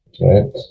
right